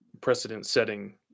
precedent-setting